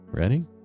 Ready